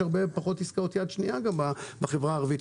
הרבה פחות עסקאות יד שנייה בחברה הערבית,